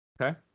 okay